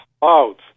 clouds